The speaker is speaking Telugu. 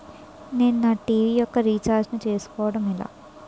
నేను నా టీ.వీ యెక్క రీఛార్జ్ ను చేసుకోవడం ఎలా?